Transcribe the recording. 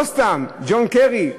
לא סתם ג'ון קרי,